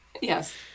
Yes